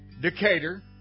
Decatur